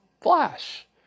flash